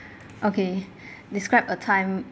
okay describe a time